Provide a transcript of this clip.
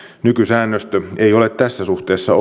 nykysäännöstö ei ole tässä suhteessa